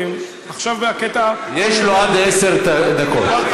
יש לו עד עשר דקות.